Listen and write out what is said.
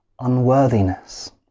unworthiness